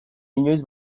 inoiz